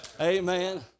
Amen